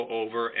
over